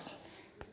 আ